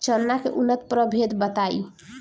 चना के उन्नत प्रभेद बताई?